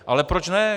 Ale proč ne?